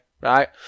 right